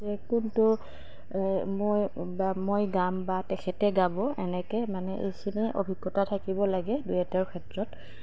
যে কোনটো মই বা মই গাম বা তেখেতে গাব এনেকৈ মানে এইখিনিয়ে অভিজ্ঞতা থাকিব লাগে ডুৱেটৰ ক্ষেত্ৰত